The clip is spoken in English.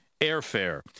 airfare